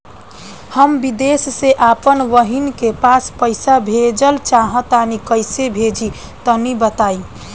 हम विदेस मे आपन बहिन के पास पईसा भेजल चाहऽ तनि कईसे भेजि तनि बताई?